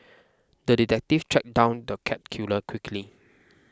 the detective tracked down the cat killer quickly